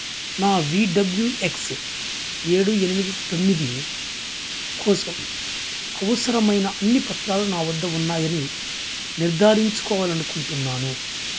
నా V W X ఏడు ఎనిమిది తొమ్మిది కోసం అవసరమైన అన్నీ పత్రాలు నా వద్ద ఉన్నాయని నిర్ధారించుకోవాలి అనుకుంటున్నాను